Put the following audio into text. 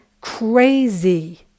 crazy